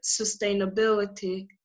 sustainability